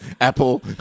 Apple